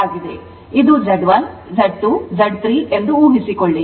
ಆದ್ದರಿಂದ ಇದು Z1 Z2 Z3 ಎಂದು ಊಹಿಸಿಕೊಳ್ಳಿ